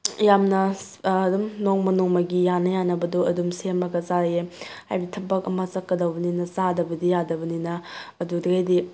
ꯌꯥꯝꯅ ꯑꯗꯨꯝ ꯅꯣꯡꯃ ꯅꯣꯡꯃꯒꯤ ꯌꯥꯅ ꯌꯥꯟꯕꯗꯣ ꯑꯗꯨꯝ ꯁꯦꯝꯃꯒ ꯆꯥꯏꯑꯦ ꯍꯥꯏꯕꯗꯤ ꯊꯕꯛ ꯑꯃ ꯆꯠꯀꯗꯧꯕꯅꯤꯅ ꯆꯥꯗꯕꯗꯤ ꯌꯥꯗꯕꯅꯤꯅ ꯑꯗꯨꯗꯒꯤꯗꯤ